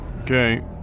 okay